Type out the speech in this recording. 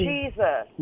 Jesus